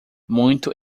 muito